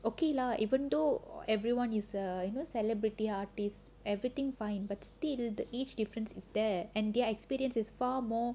okay lah even though everyone is err you know celebrity artist everything fine but still the age difference is there and their experience is far more